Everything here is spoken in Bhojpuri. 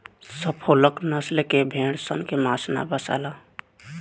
सफोल्क नसल के भेड़ सन के मांस ना बासाला